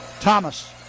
Thomas